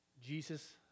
Jesus